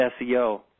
SEO